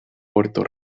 puerto